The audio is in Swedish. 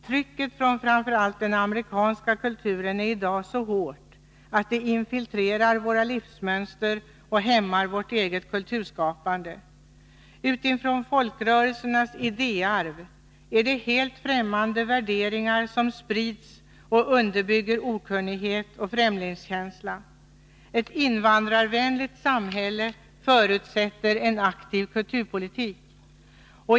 Trycket från framför allt den amerikanska kulturen är i dag så hårt att den infiltrerar våra livsmönster och hämmar vårt eget kulturskapande. Utifrån folkrörelsernas idéarv är det helt främmande värderingar som sprids och underbygger okunnighet och främlingskänsla. Ett invandrarvänligt samhälle förutsätter en aktiv kulturpolitik.